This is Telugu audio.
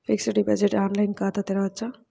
ఫిక్సడ్ డిపాజిట్ ఆన్లైన్ ఖాతా తెరువవచ్చా?